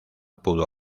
pudo